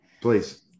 Please